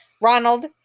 Ronald